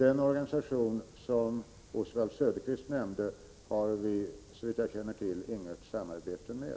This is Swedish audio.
Den organisation som Oswald Söderqvist nämnde har vi — såvitt jag vet — inget samarbete med.